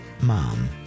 mom